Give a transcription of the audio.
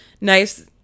nice